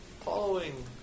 following